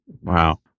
Wow